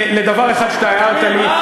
לדבר אחד שאתה הערת לי,